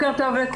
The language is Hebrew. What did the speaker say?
תודה.